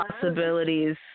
possibilities